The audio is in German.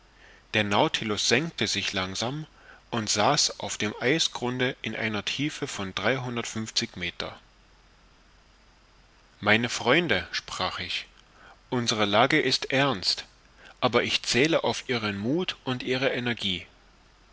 der nautilus senkte sich langsam und saß auf dem eisgrunde in einer tiefe von dreihundertundfünfzig meter meine freunde sprach ich unsere lage ist ernst aber ich zähle auf ihren muth und ihre energie